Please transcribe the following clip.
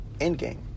Endgame